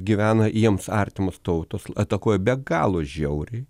gyvena jiems artimos tautos atakuoja be galo žiauriai